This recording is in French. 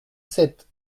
sept